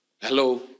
Hello